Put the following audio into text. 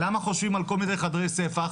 למה חושבים על כל מיני חדרי ספח?